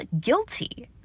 guilty